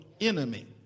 enemy